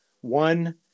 One